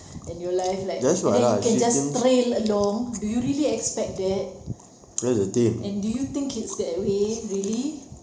then your life like and then you can just trail along do you really expect that and do you think it's that way really